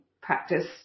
practice